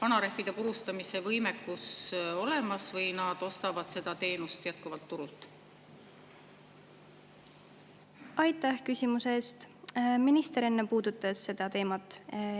vanarehvide purustamise võimekus olemas või nad ostavad seda teenust jätkuvalt turult? Aitäh küsimuse eest! Minister enne puudutas seda teemat.